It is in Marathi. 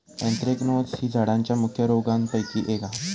एन्थ्रेक्नोज ही झाडांच्या मुख्य रोगांपैकी एक हा